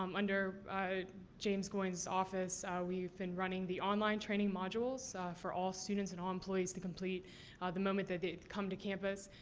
um under james goins' office, we've been running the online training modules for all students and all employees to complete the moment that they come to campus.